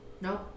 No